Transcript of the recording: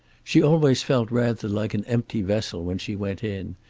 she always felt rather like an empty vessel when she went in,